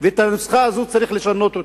ואת הנוסחה הזאת צריך לשנות,